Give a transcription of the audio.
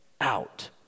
out